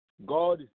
God